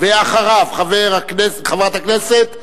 אחריו, חברת הכנסת תירוש.